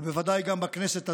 ובוודאי גם בכנסת הזו,